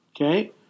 Okay